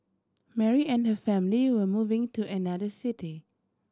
Mary and her family were moving to another city